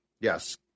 Yes